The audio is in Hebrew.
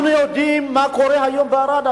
אנחנו יודעים מה קורה היום בערד,